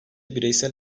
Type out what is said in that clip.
bireysel